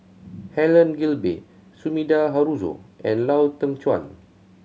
Helen Gilbey Sumida Haruzo and Lau Teng Chuan